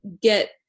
get